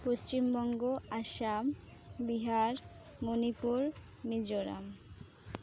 Paschim Banga Assam Bihar Manipur Mizoram